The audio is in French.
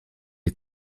est